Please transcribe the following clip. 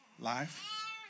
life